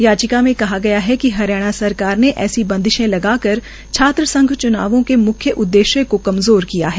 याचिका में कहा है कि हरियाणा सरकार ने ऐसी बंदिशें लगा कर छात्र संघ च्नावों के मुख्य उद्देश्य को कमजोर किया है